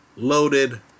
loaded